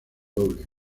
doble